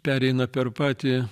pereina per patį